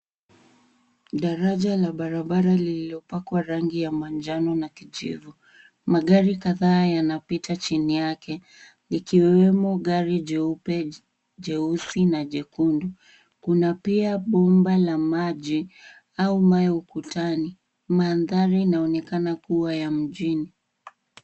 Daraja la barabara lililopakwa rangi ya manjano na kijivu. Magari kadhaa yanapita chini yake, ikiwemo gari jeupe, jeusi na jekundu. Kuna pia bomba la maji au maya ukutani. Mandhari yanaonekana kua ya mjini.